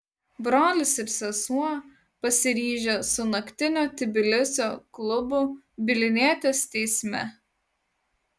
brolis ir sesuo pasiryžę su naktinio tbilisio klubu bylinėtis teisme